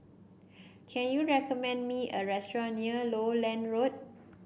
can you recommend me a restaurant near Lowland Road